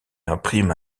imprime